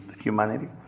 humanity